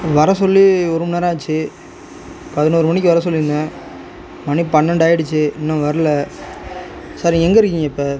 வர சொல்லி ஒரு மணி நேரம் ஆச்சு பதினொரு மணிக்கு வர சொல்லியிருந்தேன் மணி பன்னெண்டு ஆயிடுச்சு இன்னும் வரல சார் நீங்கள் எங்கள் இருக்கீங்க இப்போது